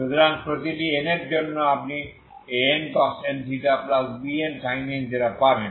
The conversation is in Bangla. সুতরাং প্রতিটি n এর জন্য আপনি Ancos nθ Bnsin nθ পাবেন